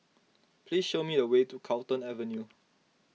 please show me the way to Carlton Avenue